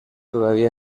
todavía